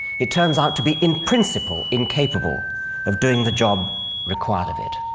it turns out to be in principle incapable of doing the job required of it.